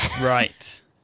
Right